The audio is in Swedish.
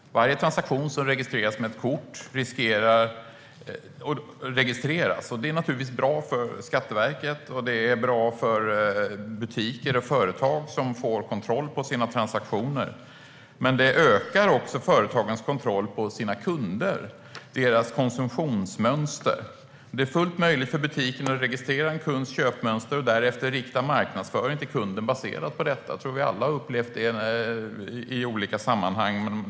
Varje transaktion med kort registreras. Det är naturligtvis bra för Skatteverket och för butiker, som får kontroll på sina transaktioner. Men det ökar också företagens kontroll av kunderna och deras konsumtionsmönster. Det är fullt möjligt för butiken att registrera en kunds köpmönster och därefter rikta marknadsföring till kunden baserat på detta. Det tror jag att vi alla har upplevt i olika sammanhang.